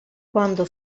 quando